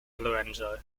lorenzo